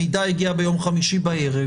המידע הגיע ביום חמישי בערב,